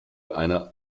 einer